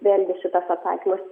vėlgi šitas atsakymas